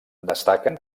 destaquen